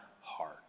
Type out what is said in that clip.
heart